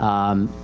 um,